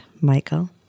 Michael